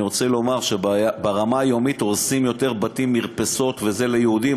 אני רוצה לומר שברמה היומית הורסים יותר בתים ומרפסות ליהודים,